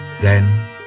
Then